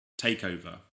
takeover